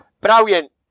Brilliant